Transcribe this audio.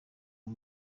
uru